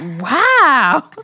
wow